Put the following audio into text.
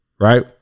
Right